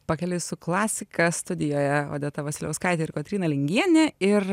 pakeliui su klasika studijoje odeta vasiliauskaitė ir kotryna lingienė ir